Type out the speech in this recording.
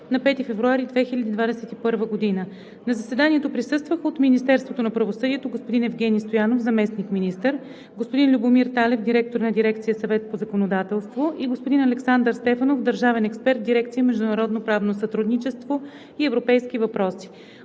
на 5 февруари 2021 г. На заседанието присъстваха от Министерството на правосъдието – господин Евгени Стоянов – заместник-министър, господин Любомир Талев – директор на дирекция „Съвет по законодателство“ и господин Александър Стефанов – държавен експерт в дирекция „Международно правно сътрудничество и европейски въпроси“.